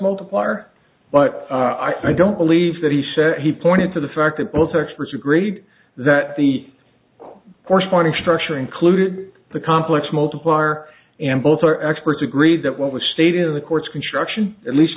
multiplier but i don't believe that he said he pointed to the fact that both experts agree that the corresponding structure included the complex multiplier and both our experts agree that what was stated in the course construction at least